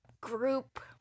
group